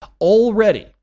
Already